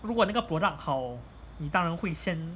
如果那个 product 好你当然会先